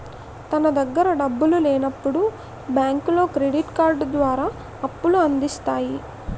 తన దగ్గర డబ్బులు లేనప్పుడు బ్యాంకులో క్రెడిట్ కార్డు ద్వారా అప్పుల అందిస్తాయి